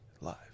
Live